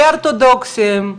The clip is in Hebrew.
לאורתודוקסים,